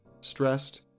stressed